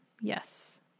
Yes